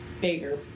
bigger